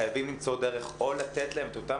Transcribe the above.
חייבים למצוא דרך או לתת להם את אותן